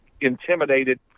intimidated